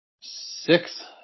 Six